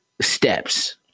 steps